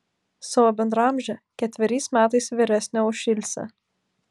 savo bendraamžę ketveriais metais vyresnę už ilsę